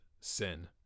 sin